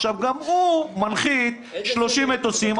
גם הוא מנחית 30 מטוסים,